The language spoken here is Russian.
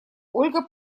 ольга